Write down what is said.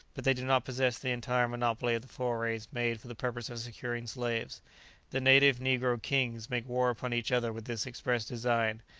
but they do not possess the entire monopoly of the forays made for the purpose of securing slaves the native negro kings make war upon each other with this express design,